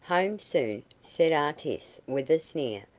home soon, said artis, with a sneer,